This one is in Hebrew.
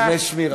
אבל דמי שמירה?